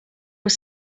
was